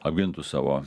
apgintų savo